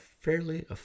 fairly